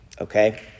okay